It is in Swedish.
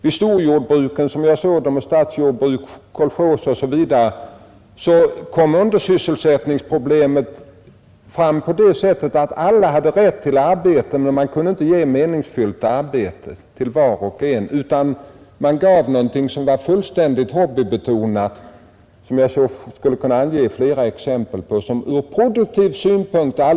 Vid storjordbruken som jag såg dem — statsjordbruk, kolchoser osv. — kom undersysselsättningsproblemet fram på det sättet att alla visserligen hade rätt till arbete, men man kunde inte ge var och en ett meningsfyllt arbete utan en del fick något som var tämligen improduktivt. Jag skulle kunna lämna flera exempel härpå.